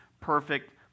perfect